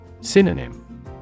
Synonym